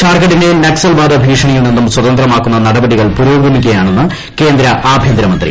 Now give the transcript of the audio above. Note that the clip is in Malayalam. ഝാർഖണ്ഡിനെ നക്സൽവാദ ഭീഷണിയിൽ നിന്നും സ്വതന്ത്രമാക്കുന്ന നടപടികൾ പുരോഗമിക്കുകയാണെന്ന് കേന്ദ്ര ആഭ്യന്തരമന്ത്രി